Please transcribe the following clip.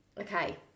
Okay